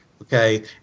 Okay